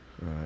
Right